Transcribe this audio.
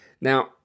Now